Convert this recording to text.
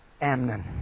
Amnon